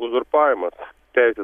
uzurpavimas teisės